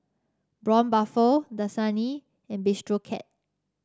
Braun Buffel Dasani and Bistro Cat